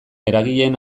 eragileen